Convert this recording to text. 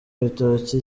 ibitoki